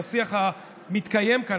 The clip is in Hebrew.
בשיח המתקיים כאן,